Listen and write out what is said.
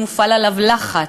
אם הופעל עליו לחץ,